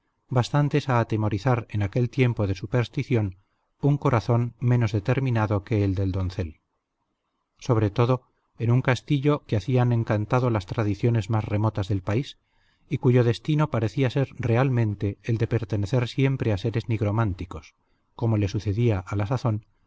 bastantes a atemorizar en aquel tiempo de superstición un corazón menos determinado que el del doncel sobre todo en un castillo que hacían encantado las tradiciones más remotas del país y cuyo destino parecía ser realmente el de pertenecer siempre a seres nigrománticos como le sucedía a la sazón